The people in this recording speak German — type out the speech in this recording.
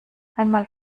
einmal